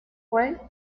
fue